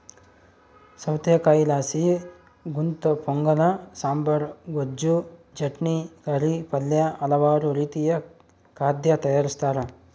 ಸೌತೆಕಾಯಿಲಾಸಿ ಗುಂತಪೊಂಗಲ ಸಾಂಬಾರ್, ಗೊಜ್ಜು, ಚಟ್ನಿ, ಕರಿ, ಪಲ್ಯ ಹಲವಾರು ರೀತಿಯ ಖಾದ್ಯ ತಯಾರಿಸ್ತಾರ